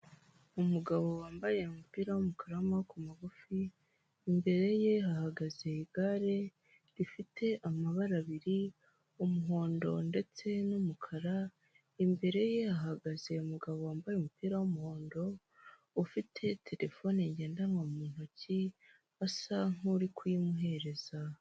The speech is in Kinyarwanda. Umugabo wambaye umupira w'umukara w'amaboko magufi, imbere ye hahagaze igare rifite amabara abiri umuhondo ndetse n'umukara, imbere ye hahagaze umugabo wambaye umupira w'umuhondo, ufite telefone ngendanwa mu ntoki asa nk'uri kuyimuhereza.